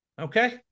Okay